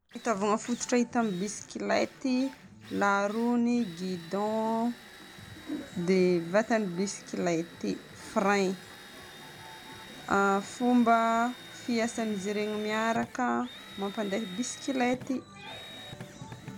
Fitaovagna fototra hita amin'ny bisikilety: laroue-ny, guidon dia vatan'ny bisikilety, frein. Fomba fiasan'izy regny miaraka mampandeha bisikilety.